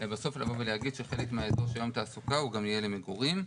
בסוף להגיד שחלק מהאזור של התעסוקה גם יהיה למגורים.